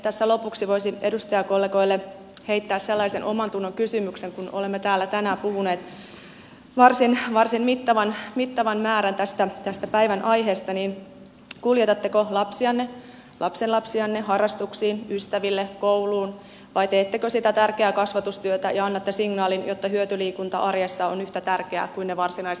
tässä lopuksi voisin edustajakollegoille heittää sellaisen omantunnonkysymyksen kun olemme täällä tänään puhuneet varsin mittavan määrän tästä päivän aiheesta että kuljetatteko lapsianne lapsenlapsianne harrastuksiin ystäville kouluun vai teettekö sitä tärkeää kasvatustyötä ja annatte sen signaalin että hyötyliikunta arjessa on yhtä tärkeää kuin ne varsinaiset harrastukset